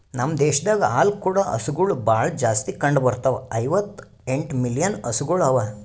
ನಮ್ ದೇಶದಾಗ್ ಹಾಲು ಕೂಡ ಹಸುಗೊಳ್ ಭಾಳ್ ಜಾಸ್ತಿ ಕಂಡ ಬರ್ತಾವ, ಐವತ್ತ ಎಂಟು ಮಿಲಿಯನ್ ಹಸುಗೊಳ್ ಅವಾ